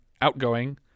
outgoing